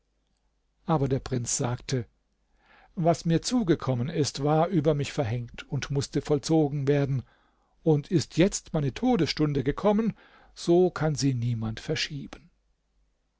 aber der prinz sagte was mir zugekommen ist war über mich verhängt und mußte vollzogen werden und ist jetzt meine todesstunde gekommen so kann sie niemand verschieben